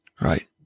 right